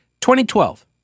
2012